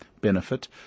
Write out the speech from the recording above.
benefit